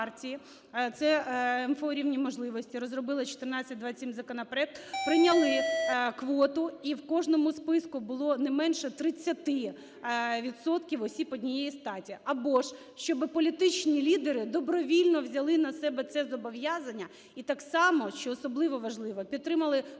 це МФО "Рівні можливості" розробило 1427 законопроект, - прийняли квоту і в кожному списку було не менше 30 відсотків осіб однієї статі, або ж щоб політичні лідери добровільно взяли на себе це зобов'язання, і так само, що особливо важливо, підтримали висування